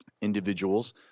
individuals